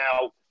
now